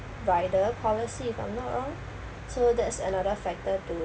rider policy if I'm not wrong so that's another factor to